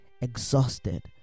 exhausted